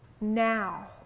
now